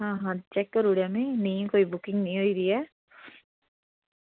आ हां चैक करी ओड़ेआ में कोई बुकिंग निं होई दी ऐ